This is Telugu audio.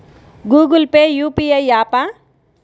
గూగుల్ పే యూ.పీ.ఐ య్యాపా?